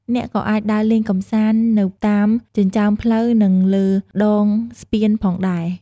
អ្នកក៏អាច ដើរលេងកម្សាន្ត នៅតាមចិញ្ចើមផ្លូវនិងលើដងស្ពានផងដែរ។